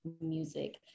music